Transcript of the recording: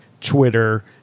Twitter